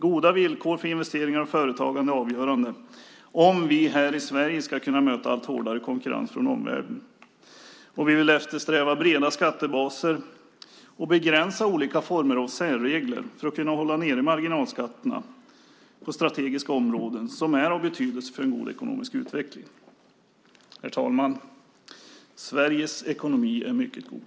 Goda villkor för investeringar och företagande är avgörande för att vi här i Sverige ska kunna möta allt hårdare konkurrens från omvärlden. Vi vill eftersträva breda skattebaser och begränsa olika former av särregler för att kunna hålla nere marginalskatterna på strategiska områden som är av betydelse för en god ekonomisk utveckling. Herr talman! Sveriges ekonomi är mycket god.